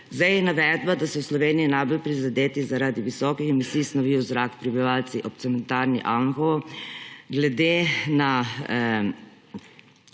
Navedba, da so v Sloveniji najbolj prizadeti zaradi visoki emisij snovi v zraku prebivalci ob cementarni Anhovo,